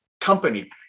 company